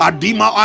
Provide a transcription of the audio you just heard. Adima